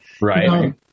right